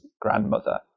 grandmother